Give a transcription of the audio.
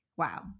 wow